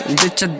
bitch